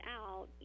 out